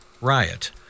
riot